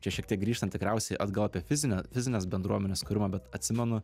čia šiek tiek grįžtant tikriausiai atgal apie fizinę fizinės bendruomenės kūrimą bet atsimenu